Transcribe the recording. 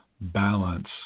balance